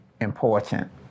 important